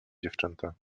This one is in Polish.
dziewczęta